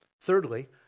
Thirdly